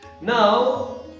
Now